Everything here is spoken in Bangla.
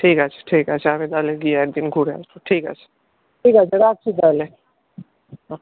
ঠিক আছে ঠিক আছে আমি তাহলে গিয়ে একদিন ঘুরে আসবো ঠিক আছে ঠিক আছে রাখছি তাহলে হুম